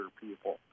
people